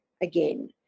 again